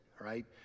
right